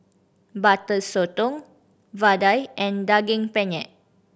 Butter Sotong vadai and Daging Penyet